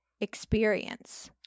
experience